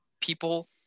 people